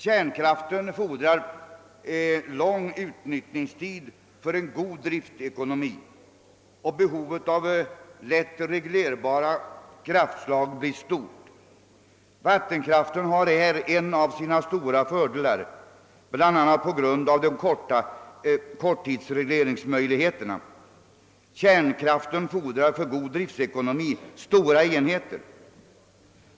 Kärnkraften fordrar lång utnyttjningstid för en god driftekonomi, och behovet av lätt reglerbara kraftslag blir stort. Vattenkraften har härvidlag en av sina stora fördelar, bl.a. på grund av korttidsregleringsmöjligheterna. Kärnkraften fordrar vidare för god driftekonomi stora enheter.